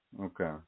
Okay